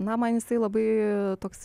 na man jisai labai toksai